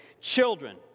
children